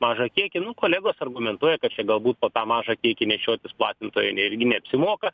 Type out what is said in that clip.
mažą kiekį nu kolegos argumentuoja kad čia galbūt po tą mažą kiekį nešiotis platintojui irgi neapsimoka